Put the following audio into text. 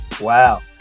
Wow